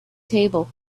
table